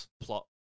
plot